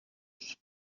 los